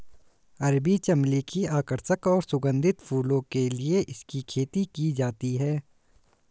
अरबी चमली की आकर्षक और सुगंधित फूलों के लिए इसकी खेती की जाती है